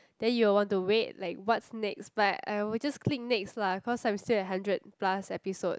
then you will want to wait like what's next but I will just click next lah cause I'm still at hundred plus episode